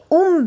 un